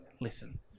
listen